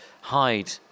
hide